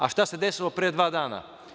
A, šta se desilo pre dva dana?